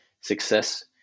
success